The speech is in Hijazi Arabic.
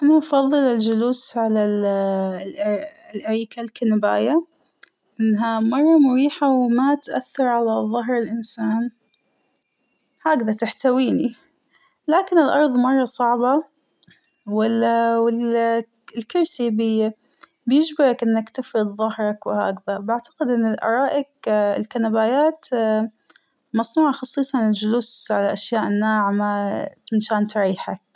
أنا أفضل الجلوس على ال -الأريكة الكنباية إنها مرة مريحة وما تأثر على ظهر الإنسان هكذا تحتوينى ، لكن الأرض مرة صعبة وال وال - الكرسى بي- بيجبرك إنك تفرد ضهرك وهكذا بعتقد إن الأرائك الكنبايات مصنوعة خصيصاً للجلوس على الأشياء الناعمة منشان تريحك.